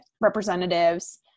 representatives